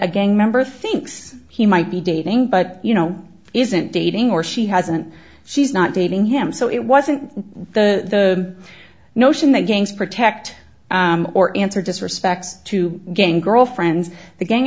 a gang member thinks he might be dating but you know isn't dating or she hasn't she's not dating him so it wasn't the notion that games protect or answer disrespect to game girl friends the gang